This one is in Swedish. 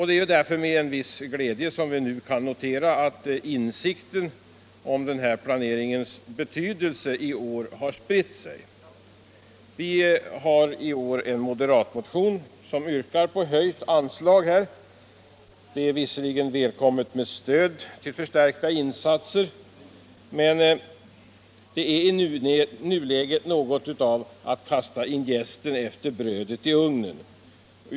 Det är därför med en viss glädje vi noterar att insikten om denna planerings betydelse har spritt sig i år. I en moderatreservation yrkas på höjt anslag. Det är visserligen välkommet med stöd till förstärkta insatser, men det är i nuläget något av att kasta in jästen efter brödet i ugnen.